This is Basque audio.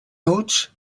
huts